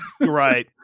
Right